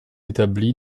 établis